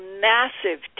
massive